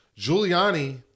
Giuliani